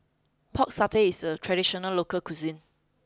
Pork Satay is a traditional local cuisine